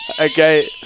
Okay